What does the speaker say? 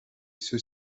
ceux